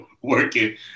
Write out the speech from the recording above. Working